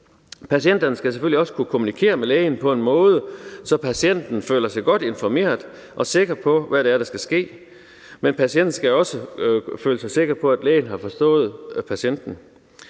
Patienterne skal selvfølgelig også kunne kommunikere med lægen på en måde, så patienten føler sig godt informeret og sikker på, hvad det er, der skal ske, men patienten skal også føle sig sikker på, at lægen har forstået patienten.